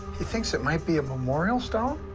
he thinks it might be a memorial stone.